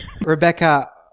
Rebecca